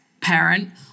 parent